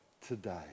today